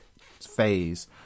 phase